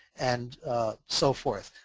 and so forth.